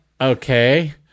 okay